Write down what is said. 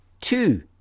two